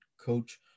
Coach